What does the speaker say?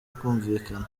kumvikana